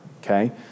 Okay